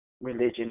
religion